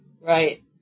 right